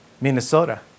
Minnesota